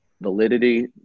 validity